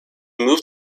moved